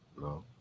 No